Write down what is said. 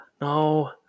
No